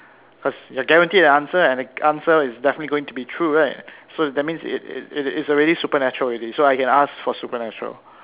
cause you are guaranteed an answer and the answer is definitely going to be true right so that means it it it's already supernatural already so I can ask for supernatural